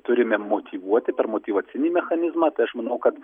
turime motyvuoti per motyvacinį mechanizmą tai aš manau kad